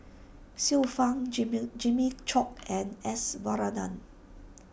Xiu Fang Jimmu Jimmy Chok and S Varathan